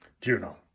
Juno